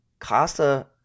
Costa